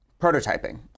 prototyping